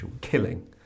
killing